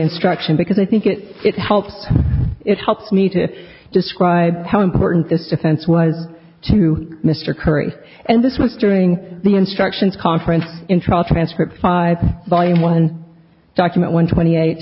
instruction because i think it it helped it helps me to describe how important this offense was to mr curry and this was during the instructions conference in trial transcript five volume one document one twenty eight